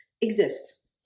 exist